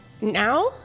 now